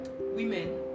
women